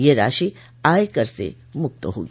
ये राशि आयकर से मुक्त होगी